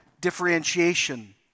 differentiation